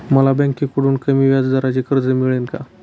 मला बँकेकडून कमी व्याजदराचे कर्ज मिळेल का?